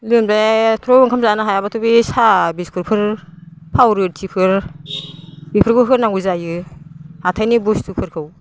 लोमजानायाथ' ओंखाम जानो हायाब्लाथ' बे साहा बिस्किटफोर फावरुटिफोर बेफोरखौ होनांगौ जायो हाथायनि बुस्थुफोरखौ